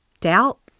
doubt